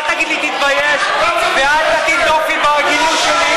אל תגיד לי תתבייש ואל תטיל דופי בהגינות שלי,